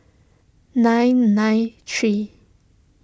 nine nine three